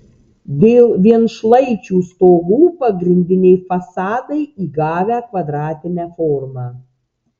dėl vienšlaičių stogų pagrindiniai fasadai įgavę kvadratinę formą